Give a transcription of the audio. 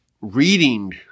reading